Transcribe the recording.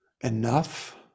enough